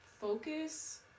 focus